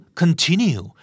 continue